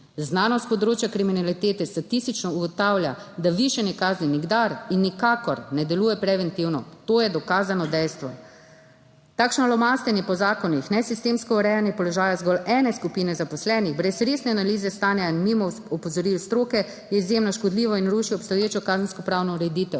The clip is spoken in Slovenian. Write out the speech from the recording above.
Znanost s področja kriminalitete statistično ugotavlja, da višanje kazni nikdar in nikakor ne deluje preventivno, to je dokazano dejstvo. Takšno lomastenje po zakonih, nesistemsko urejanje položaja zgolj ene skupine zaposlenih brez resne analize stanja in mimo opozoril stroke je izjemno škodljivo in ruši obstoječo kazenskopravno ureditev.